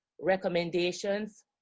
recommendations